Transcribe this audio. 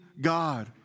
God